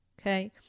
Okay